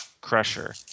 Crusher